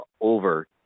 over